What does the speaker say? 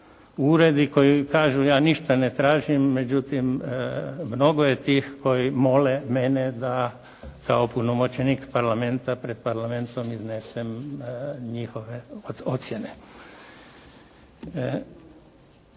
ured i koji kažu: «Ja ništa ne tražim međutim mnogo je tih koji mole mene da kao opunomoćenik Parlamenta pred Parlamentom iznesem njihove ocjene.»